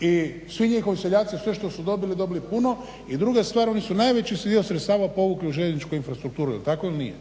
i svi njihovi seljaci sve što su dobili i dobili puno. I druga oni su najveći dio sredstava povukli u željezničku infrastrukturu. Jel tako ili nije?